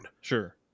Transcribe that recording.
Sure